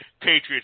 Patriots